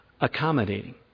accommodating